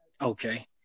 Okay